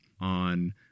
on